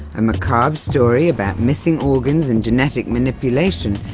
a macabre story about missing organs and genetic manipulation,